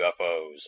UFOs